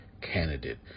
candidate